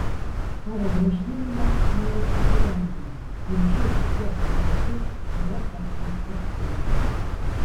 savo grasinimą merė įgyvendino ir ši vtek nutartis yra apskųsta teismui